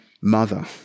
Mother